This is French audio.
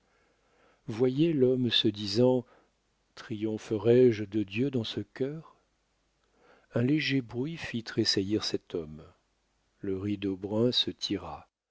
voyez l'homme se disant triompherai je de dieu dans ce cœur un léger bruit fit tressaillir cet homme le rideau brun se